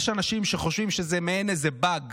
יש אנשים שחושבים שזה מעין באג.